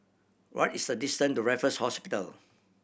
what is the distance to Raffles Hospital